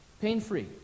Pain-free